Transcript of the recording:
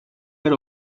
per